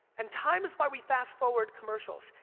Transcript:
and time's why we fast forward commercials,